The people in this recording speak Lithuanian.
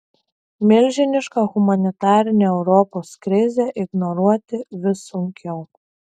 milžinišką humanitarinę europos krizę ignoruoti vis sunkiau